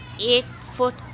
Eight-foot